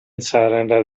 surrender